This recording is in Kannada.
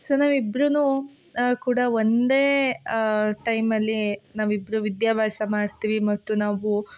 ಸೊ ನಾವು ಇಬ್ರೂ ಕೂಡ ಒಂದೇ ಟೈಮಲ್ಲಿ ನಾವಿಬ್ರೂ ವಿದ್ಯಾಭ್ಯಾಸ ಮಾಡ್ತೀವಿ ಮತ್ತು ನಾವು